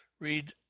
read